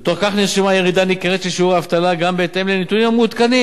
בתוך כך נרשמה ירידה ניכרת של שיעור האבטלה גם בהתאם לנתונים המעודכנים,